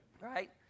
right